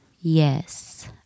Yes